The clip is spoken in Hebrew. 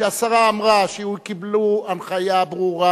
שהשרה אמרה שהם קיבלו הנחיה ברורה,